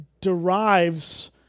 derives